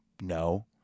No